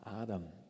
Adam